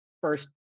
first